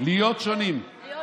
להיות שונים.